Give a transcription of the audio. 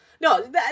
No